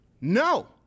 No